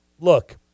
look